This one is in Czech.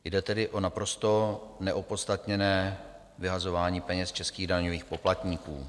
Jde tedy o naprosto neopodstatněné vyhazování peněz českých daňových poplatníků.